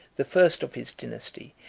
the first of his dynasty,